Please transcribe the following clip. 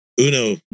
Uno